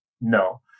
no